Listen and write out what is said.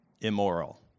immoral